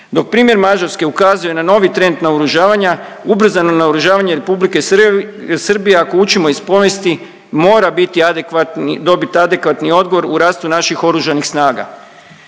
Dok primjer Mađarske ukazuje na novi trend naoružavanja, ubrzano naoružavanje Republike Srbije ako učimo iz povijesti, mora biti adekvatni, dobit adekvatni odgovor u rastu naših oružanih snaga.